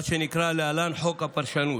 מה שנקרא להלן חוק הפרשנות,